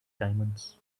diamonds